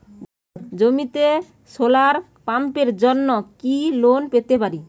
জমিতে সোলার পাম্পের জন্য কি লোন পেতে পারি?